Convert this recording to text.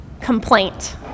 complaint